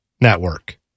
network